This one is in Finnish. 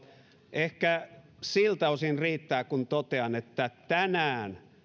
ehkä siltä osin riittää kun totean että tänään